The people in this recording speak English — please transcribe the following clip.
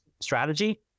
strategy